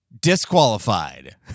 Disqualified